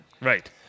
Right